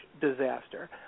disaster